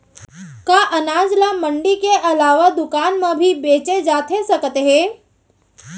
का अनाज ल मंडी के अलावा दुकान म भी बेचे जाथे सकत हे?